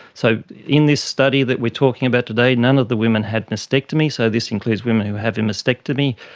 so in this study that we are talking about today, none of the women had mastectomy, so this includes women who have a mastectomy,